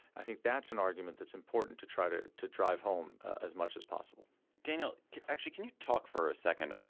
i think that's an argument that's important to try to to drive home as much as possible daniel actually can you talk for a second.